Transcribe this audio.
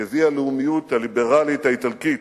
נביא הלאומיות הליברלית האיטלקית,